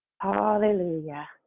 Hallelujah